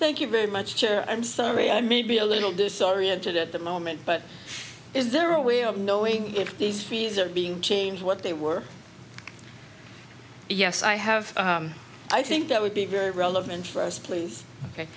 thank you very much i'm sorry i may be a little disoriented at the moment but is there a way of knowing if these fees are being changed what they were yes i have i think that would be very relevant for us please ok